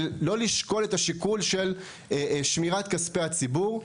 ולא לשקול את השיקול של שמירת כספי הציבור.